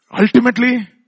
Ultimately